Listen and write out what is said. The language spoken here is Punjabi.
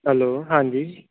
ਹੈਲੋ ਹਾਂਜੀ